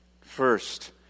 First